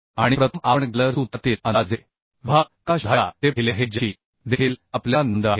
आणि प्रथम आपण गॅलर सूत्रातील अंदाजे विभाग कसा शोधायचा ते पाहिले आहे ज्याची देखील आपल्याला नोंद आहे